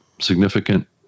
significant